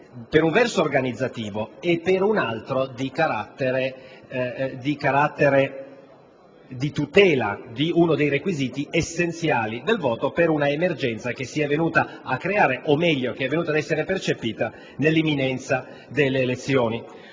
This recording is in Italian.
per un verso organizzativo e per un altro di tutela di uno dei requisiti essenziali del voto finalizzato ad una emergenza che si è venuta a creare, o meglio che è venuta ad essere percepita, nell'imminenza delle elezioni.